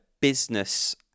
business